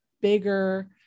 bigger